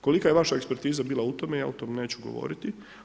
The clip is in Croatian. Kolika je vaša ekspertiza bila u tome, ja o tome neću govoriti.